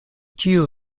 ĉiu